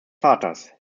vaters